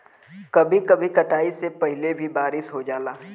कभी कभी कटाई से पहिले भी बारिस हो जाला